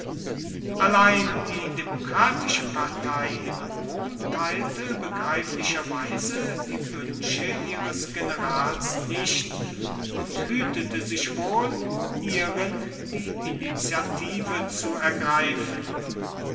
allein die demokratische partei in rom teilte begreiflicherweise die wünsche ihres generals nicht und hütete sich wohl hierin die initiative zu ergreifen